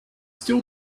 still